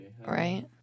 Right